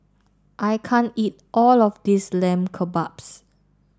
I can't eat all of this Lamb Kebabs